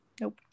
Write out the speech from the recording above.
nope